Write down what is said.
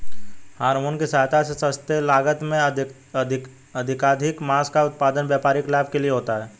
hormone की सहायता से सस्ते लागत में अधिकाधिक माँस का उत्पादन व्यापारिक लाभ के लिए होता है